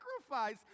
sacrifice